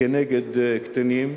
כנגד קטינים,